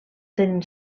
tenen